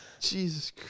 Jesus